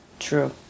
true